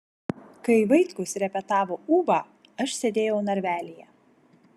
kai vaitkus repetavo ūbą aš sėdėjau narvelyje